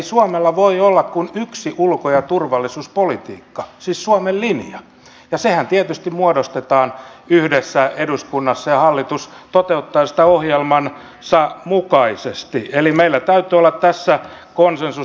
suomella ei voi olla kuin yksi ulko ja turvallisuuspolitiikka siis suomen linja ja sehän tietysti muodostetaan yhdessä eduskunnassa ja hallitus toteuttaa sitä ohjelmansa mukaisesti eli meillä täytyy olla tässä konsensus